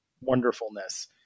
wonderfulness